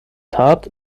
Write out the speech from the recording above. tat